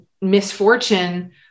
misfortune